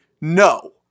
No